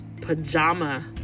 pajama